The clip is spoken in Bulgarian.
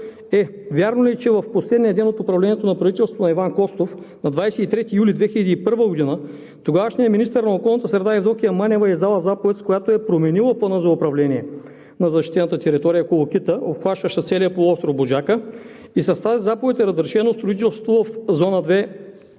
е: вярно ли е, че в последния ден от управлението на правителството на Иван Костов – на 23 юли 2001 г., тогавашният министър на околната среда Евдокия Манева е издала заповед, с която е променила плана за управление на защитената територия „Колокита“, обхващаща целия полуостров Буджака, и с тази заповед е разрешено строителството в Зона 2